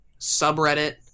subreddit